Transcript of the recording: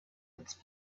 its